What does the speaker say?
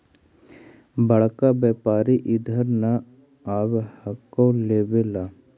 बड़का व्यापारि इधर नय आब हको लेबे ला?